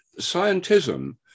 scientism